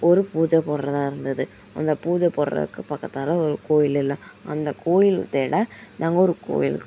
ஒரு பூஜை போடுறதா இருந்தது அந்த பூஜை போடுறதுக்காக பக்கத்தில் ஒரு கோயிலில்லை அந்த கோயில் தேட நாங்கள் ஒரு கோயிலுக்கு